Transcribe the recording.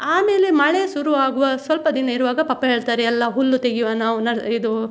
ಆಮೇಲೆ ಮಳೆ ಶುರುವಾಗುವ ಸ್ವಲ್ಪ ದಿನ ಇರುವಾಗ ಪಪ್ಪ ಹೇಳ್ತಾರೆ ಎಲ್ಲ ಹುಲ್ಲು ತೆಗೆಯುವ ನಾವು ಇದು